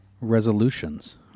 Resolutions